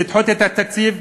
לדחות את התקציב,